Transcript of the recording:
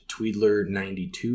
Tweedler92